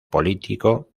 político